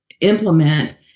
implement